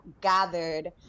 gathered